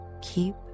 keep